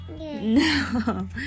No